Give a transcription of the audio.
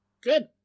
Good